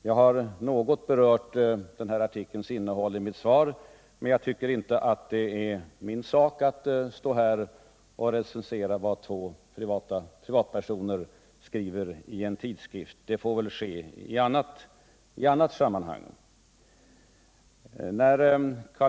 Jag har något berört artikelns innehåll i mitt svar, men jag tycker inte att det är min sak att recensera vad två privatpersoner skriver i en tidskrift — det får väl ske i annat sammanhang.